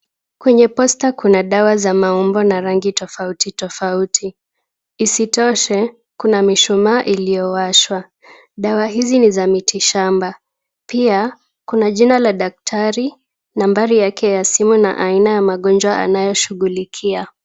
Kwenye poster kuna dawa za maumbo tofauti tofauti. Isitoshe, kuna mishumaa iliyowashwa. Dawa hizi ni za mitishamba. Pia, kuna jina la daktari, nambari yake ya simu na aina ya magonjwa anayoshughulikia.